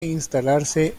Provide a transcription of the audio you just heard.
instalarse